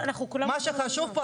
מה שחשוב פה,